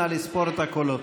נא לספור את הקולות.